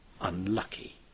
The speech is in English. unlucky